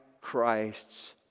Christ's